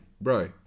bro